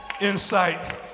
insight